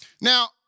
Now